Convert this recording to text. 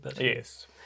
Yes